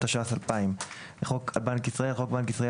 התש"ס 2000; "חוק בנק ישראל" חוק בנק ישראל,